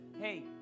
hey